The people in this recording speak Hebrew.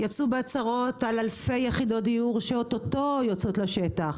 יצאו בהצהרות על אלפי יחידות דיור שאוטוטו יוצאות לשטח.